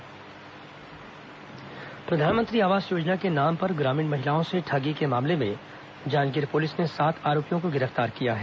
ठग गिरफ्तार प्रधानमंत्री आवास योजना के नाम पर ग्रामीण महिलाओं से ठगी के मामले में जांजगीर पुलिस ने सात आरोपियों को गिरफ्तार किया है